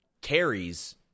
carries